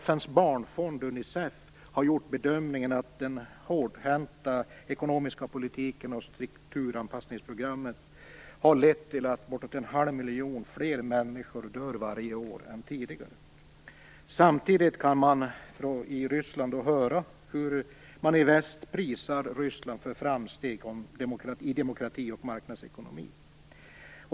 FN:s barnfond, UNICEF, har gjort bedömningen att den hårdhänta ekonomiska politiken och strukturanpassningsprogrammen har lett till att bortemot en halv miljon fler människor dör varje år än tidigare. Samtidigt kan de i Ryssland höra hur man i väst prisar Ryssland för framsteg i demokrati och marknadsekonomi.